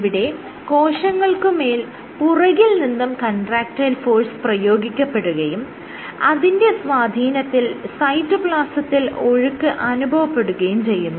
ഇവിടെ കോശങ്ങൾക്ക് മേൽ പുറകിൽ നിന്നും കൺട്രാക്ടയിൽ ഫോഴ്സ് പ്രയോഗിക്കപ്പെടുകയും അതിന്റെ സ്വാധീനത്തിൽ സൈറ്റോപ്ലാസത്തിൽ ഒഴുക്ക് അനുഭവപ്പെടുകയും ചെയ്യുന്നു